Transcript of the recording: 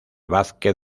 vázquez